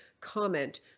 comment